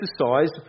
exercise